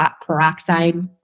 peroxide